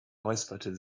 räusperte